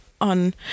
on